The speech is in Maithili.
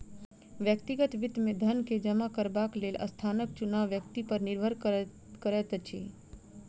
व्यक्तिगत वित्त मे धन के जमा करबाक लेल स्थानक चुनाव व्यक्ति पर निर्भर करैत अछि